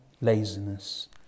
laziness